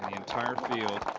entire field.